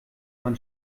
man